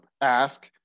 ask